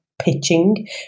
pitching